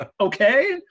okay